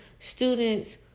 Students